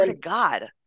God